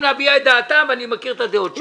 להביע את דעתם ואני מכיר את הדעות שלהם.